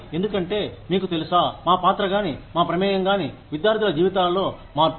ఎందుకంటే మీకు తెలుసా మా పాత్ర గాని మా ప్రమేయం గాని విద్యార్థుల జీవితాలలో మార్పులు